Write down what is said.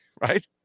Right